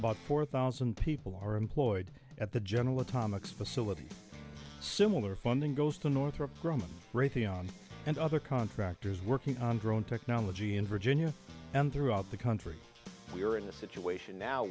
about four thousand people are employed at the general atomics facility similar funding goes to northrop grumman raytheon and other contractors working on drone technology in virginia and throughout the country we're in a situation now